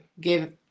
give